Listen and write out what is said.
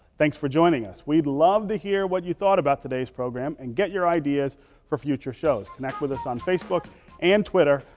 thanks for joining us. we'd love to hear what you thought about today's program and get your ideas for future topics. connect with us on facebook and twitter,